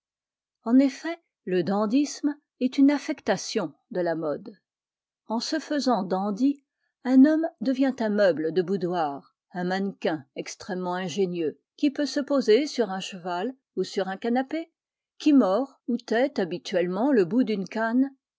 en effet le dandysme est une affectation de la mode en se faisant dandy un homme devient un meuble de boudoir un mannequin extrêmement ingénieux qui peut se poser sur un cheval ou sur un canapé qui mord ou tette habituellement le bout d'une canne